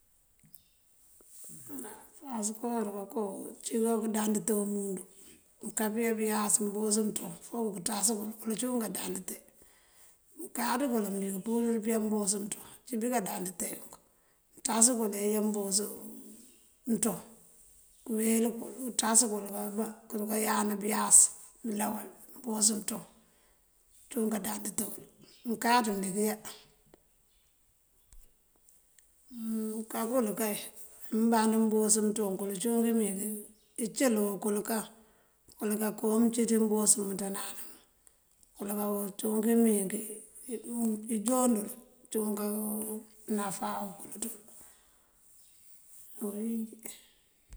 Á pasëpor boko cíwun káandandite umundu. Mëënkábá pëëyá báyas mbos mëënţoŋ, fok këënţas kël uncíwun káandandite. Mëënkáaţ kël, mëëndi këëmpurir pëyá mbos mëënţoŋ. Acímpi káandandite këënţas kël kúuduyá mbos mëënţoŋ, këëwel kël, këëţas kël káabá, këërunká yand báyas bulawal mbos mëënţoŋ. Cíwun káandandite wul, mëënkáaţ mëëndi káaya. mëënká bul kay, amband mbos mëëntoŋ kul cínkun kí meenkí këëncil kul kan. Kul kákoon mëëncíinţí, mëëmbos mëënţándánamun. Kul ká cínkun kí meenkí injon dël cíwun náfá uwël ţí bëwínjí.